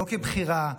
לא כבחירה,